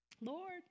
Lord